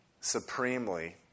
supremely